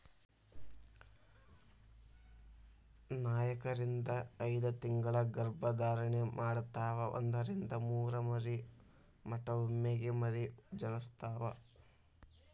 ನಾಕರಿಂದ ಐದತಿಂಗಳ ಗರ್ಭ ಧಾರಣೆ ಮಾಡತಾವ ಒಂದರಿಂದ ಮೂರ ಮರಿ ಮಟಾ ಒಮ್ಮೆಗೆ ಮರಿ ಜನಸ್ತಾವ